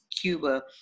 Cuba